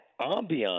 ambiance